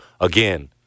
again